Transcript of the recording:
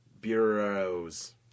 bureaus